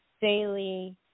daily